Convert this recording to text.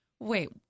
Wait